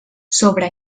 sobre